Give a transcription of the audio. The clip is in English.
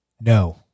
No